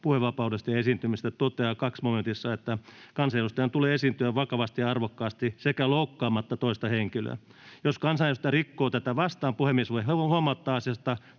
puhevapaudesta ja esiintymisestä, toteaa 2 momentissa: ”Kansanedustajan tulee esiintyä vakaasti ja arvokkaasti sekä loukkaamatta toista henkilöä. Jos kansanedustaja rikkoo tätä vastaan, puhemies voi huomauttaa asiasta